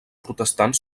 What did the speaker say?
protestant